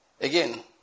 Again